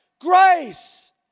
grace